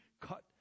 cut